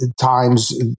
times